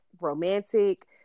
romantic